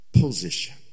position